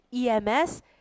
EMS